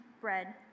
bread